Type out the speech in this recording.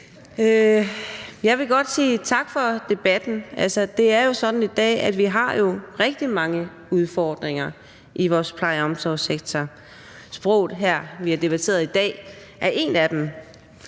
Jeg vil godt sige tak for debatten. Det er jo sådan i dag, at vi har rigtig mange udfordringer i vores pleje- og omsorgssektor. Sproget, som vi har debatteret i dag, er en af dem.